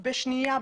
בשנייה,